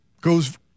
goes